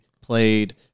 played